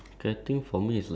okay